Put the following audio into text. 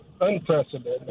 unprecedented